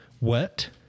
Wet